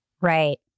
Right